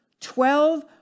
Twelve